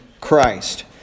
Christ